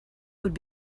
would